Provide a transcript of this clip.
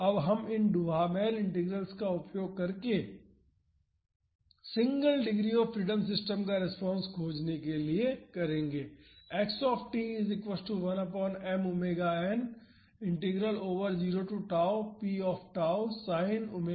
अब हम इन डुहामेल इंटीग्रल्स का उपयोग single degree of freedom system का रिस्पांस खोजने के लिए करेंगे